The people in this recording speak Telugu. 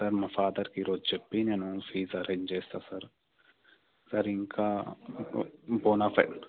సార్ మా ఫాదర్కి ఈ రోజు చెప్పి నేను ఫీజ్ అరేంజ్ చేస్తా సార్ సార్ ఇంకా బోనాఫైడ్